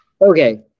Okay